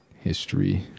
History